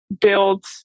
build